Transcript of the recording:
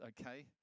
okay